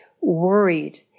worried